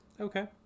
okay